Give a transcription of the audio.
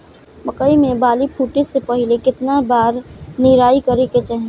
मकई मे बाली फूटे से पहिले केतना बार निराई करे के चाही?